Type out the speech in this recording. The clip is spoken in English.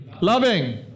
Loving